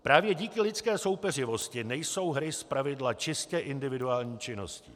Právě díky lidské soupeřivosti nejsou hry zpravidla čistě individuální činností.